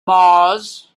mars